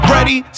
Ready